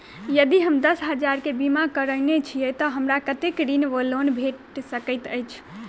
यदि हम दस हजार केँ बीमा करौने छीयै तऽ हमरा कत्तेक ऋण वा लोन भेट सकैत अछि?